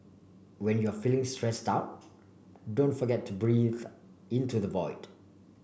when you are feeling stressed out don't forget to breathe into the void